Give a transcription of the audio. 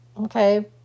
Okay